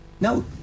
No